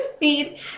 need